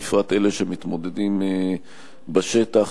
בפרט אלה שמתמודדים בשטח,